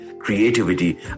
creativity